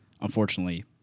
unfortunately